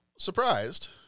surprised